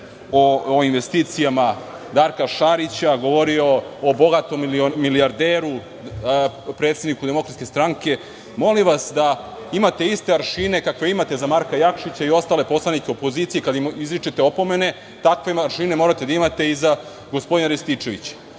o investicijama Darka Šarića, govorio je o bogatom milijarderu predsedniku DS, molim vas da imate iste aršine kakve imate za Marka Jakšića i ostale poslanike opozicije, kada im izričete opomene, takve aršine morate da imate i za gospodina Rističevića. Da